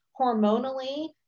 hormonally